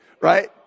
right